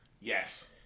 Yes